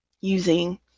using